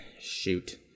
shoot